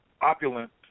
opulent